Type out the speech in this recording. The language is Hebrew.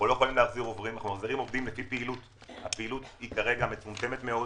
מחזירים עובדים לפי פעילות והפעילות כרגע מצומצמת מאוד.